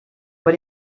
über